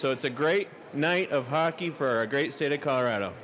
so it's a great night of hockey for a great state of colorado